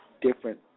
different